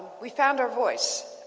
we found our voice.